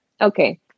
Okay